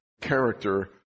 character